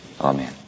Amen